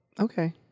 Okay